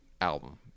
album